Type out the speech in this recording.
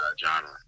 genre